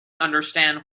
understand